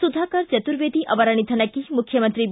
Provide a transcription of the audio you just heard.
ಸುಧಾಕರ ಚತುರ್ವೇದಿ ಅವರ ನಿಧನಕ್ಕೆ ಮುಖ್ಚಮಂತ್ರಿ ಬಿ